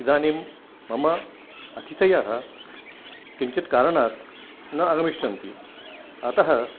इदानीं मम अतिथयः किञ्चित् कारणात् न आगमिष्यन्ति अतः